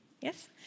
Yes